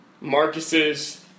Marcus's